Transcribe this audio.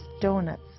donuts